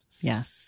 Yes